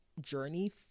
journey